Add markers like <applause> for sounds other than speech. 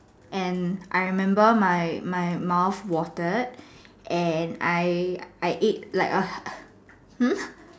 and I remember my my mouth watered and I I ate like a <breath> hmm